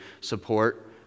support